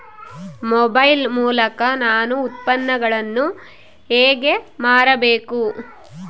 Mobile ಮೂಲಕ ನಾನು ಉತ್ಪನ್ನಗಳನ್ನು ಹೇಗೆ ಮಾರಬೇಕು?